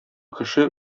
кеше